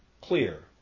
clear